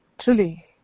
truly